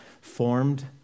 formed